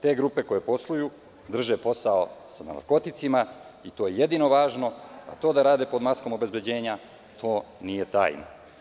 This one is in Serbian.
Te grupe koje posluju drže posao sa narkoticima i to je jedino važno, a to da rade pod maskom obezbeđenja, to nije tajna.